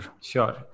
Sure